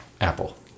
Apple